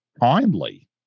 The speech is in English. kindly